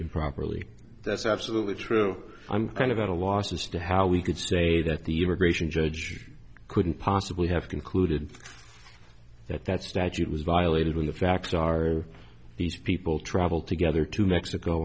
improperly that's absolutely true i'm kind of at a loss as to how we could stayed at the immigration judge couldn't possibly have concluded that that statute was violated when the facts are these people travel together to mexico